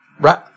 Right